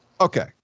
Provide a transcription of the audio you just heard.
Okay